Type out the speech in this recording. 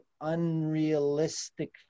unrealistic